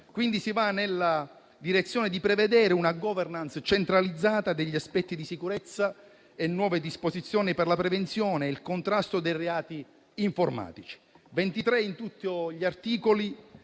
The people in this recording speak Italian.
Quindi, si va nella direzione di prevedere una *governance* centralizzata degli aspetti di sicurezza e nuove disposizioni per la prevenzione e il contrasto dei reati informatici.